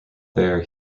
there